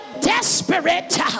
desperate